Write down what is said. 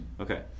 okay